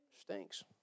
stinks